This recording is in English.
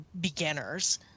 beginners